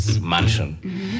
mansion